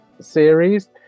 series